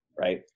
right